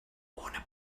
ohne